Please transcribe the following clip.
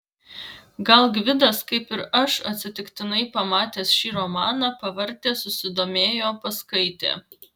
gal gvidas kaip ir aš atsitiktinai pamatęs šį romaną pavartė susidomėjo paskaitė